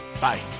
bye